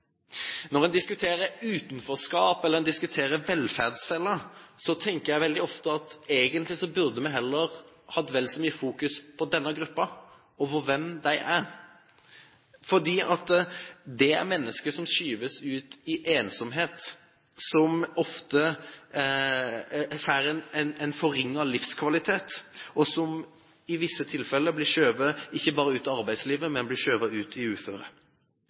Når en diskuterer utenforskap eller en diskuterer velferdsfella, tenker jeg veldig ofte at vi egentlig heller burde hatt vel så mye fokus på denne gruppen og hvem de er. Dette er mennesker som blir skjøvet ut i ensomhet, som ofte får en forringet livskvalitet, og som i visse tilfeller ikke bare blir skjøvet ut av arbeidslivet, men blir skjøvet ut i